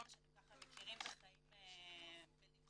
כל מה שאתם מכירים וחיים בלבכם,